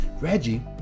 Reggie